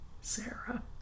Sarah